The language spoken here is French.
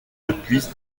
depuis